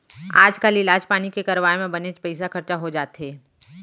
आजकाल इलाज पानी के करवाय म बनेच पइसा खरचा हो जाथे